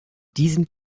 diesem